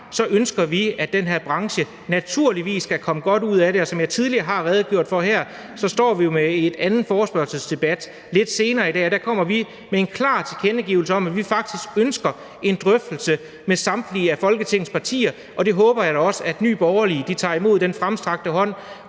ønsker vi, at den her branche naturligvis skal komme godt ud af det. Og som jeg tidligere har redegjort for, står vi jo med en anden forespørgselsdebat lidt senere i dag, og der kommer vi med en klar tilkendegivelse af, at vi faktisk ønsker en drøftelse med samtlige Folketingets partier. Og jeg håber da, at Nye Borgerlige tager imod den fremstrakte hånd